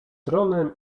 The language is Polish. tronem